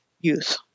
youth